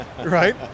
right